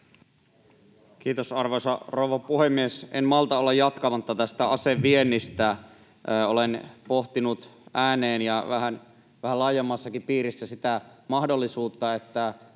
Kiitos, arvoisa rouva puhemies! En malta olla jatkamatta tästä aseviennistä. Olen pohtinut ääneen ja vähän laajemmassakin piirissä sitä mahdollisuutta, että